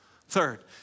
Third